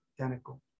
identical